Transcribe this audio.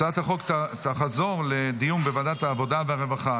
הצעת החוק תחזור לדיון בוועדת העבודה והרווחה.